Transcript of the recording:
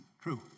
True